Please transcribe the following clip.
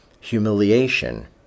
Humiliation